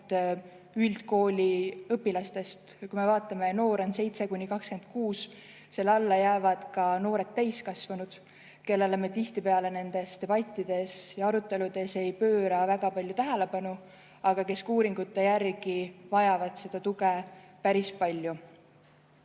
üldkooli õpilastest. Kui me vaatame, et noor on 7–26[‑aastane], siis sellesse [vahemikku] jäävad ka noored täiskasvanud, kellele me tihtipeale nendes debattides ja aruteludes ei pööra väga palju tähelepanu, aga kes ka uuringute järgi vajavad seda tuge päris palju.